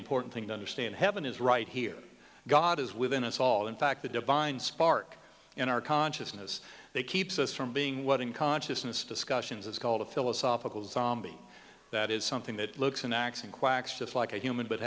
important thing to understand heaven is right here god is within us all in fact the divine spark in our consciousness they keeps us from being what in consciousness discussions is called a philosophical zombie that is something that looks and acts and quacks just like a human but